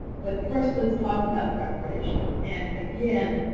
but first let's talk about preparation. and, again,